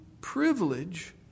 privilege